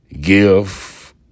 Give